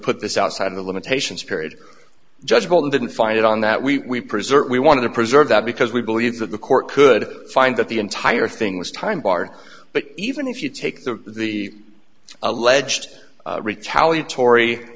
put this outside of the limitations period judge bolton didn't find it on that we preserve we wanted to preserve that because we believe that the court could find that the entire thing was time barred but even if you take the the alleged retaliatory